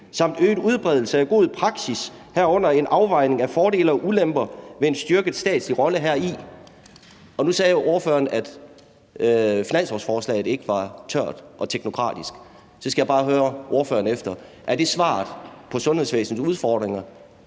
samt øget udbredelse af god praksis, herunder en afvejning af fordele og ulemper ved en styrket statslig rolle heri. Nu sagde ordføreren, at finanslovsforslaget ikke var tørt og teknokratisk. Så skal jeg bare høre ordføreren: Er det svaret på sundhedsvæsenets udfordringer,